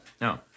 No